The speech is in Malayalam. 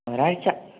ഒരാഴ്ച